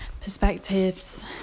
perspectives